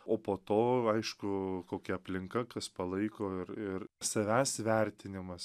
o po to aišku kokia aplinka kas palaiko ir ir savęs vertinimas